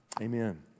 Amen